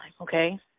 okay